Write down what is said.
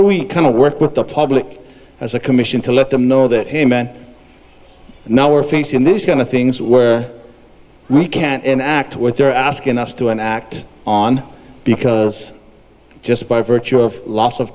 do we kind of work with the public as a commission to let them know that hey man now we're facing this kind of things where we can't act what they're asking us to act on because just by virtue of loss of